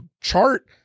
chart